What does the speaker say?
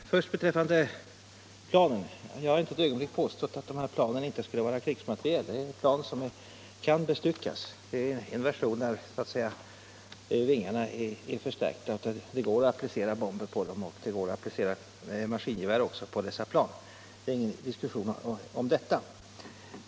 Herr talman! Först beträffande planen: Jag har inte ett ögonblick påstått att planen inte skulle vara krigsmateriel. Planen kan bestyckas. Vingarna är förstärkta och det går att applicera bomber på dem och även maskingevär. Det är ingen diskussion om detta.